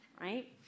right